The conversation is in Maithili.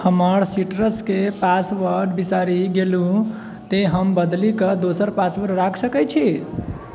हमर सीट्रसके पासवर्ड बिसरि गेलहुँ ते हम बदलि कऽ दोसर पासवर्ड राखि सकैत छी